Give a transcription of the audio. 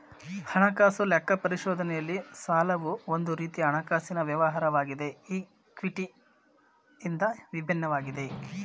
ಹಣಕಾಸು ಲೆಕ್ಕ ಪರಿಶೋಧನೆಯಲ್ಲಿ ಸಾಲವು ಒಂದು ರೀತಿಯ ಹಣಕಾಸಿನ ವ್ಯವಹಾರವಾಗಿದೆ ಈ ಕ್ವಿಟಿ ಇಂದ ವಿಭಿನ್ನವಾಗಿದೆ